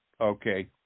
okay